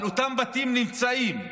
אבל אותם בתים נמצאים ובנויים,